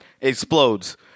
Explodes